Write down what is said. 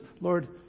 Lord